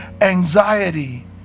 anxiety